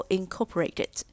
incorporated